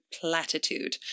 platitude